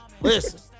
Listen